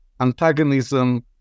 antagonism